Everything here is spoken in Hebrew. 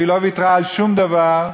והיא לא ויתרה על שום דבר,